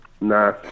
Nah